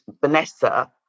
Vanessa